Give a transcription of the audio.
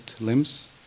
limbs